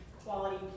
quality